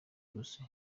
byose